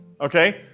Okay